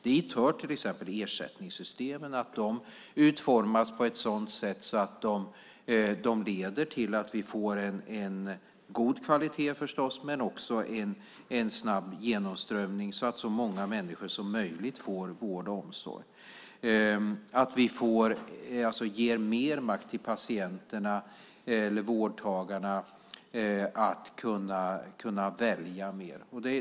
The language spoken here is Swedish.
Dit hör till exempel att ersättningssystemen utformas på ett sådant sätt att de leder till att vi får en god kvalitet förstås men också en snabb genomströmning så att så många människor som möjligt får vård och omsorg. Det ger alltså mer makt till vårdtagarna att kunna välja.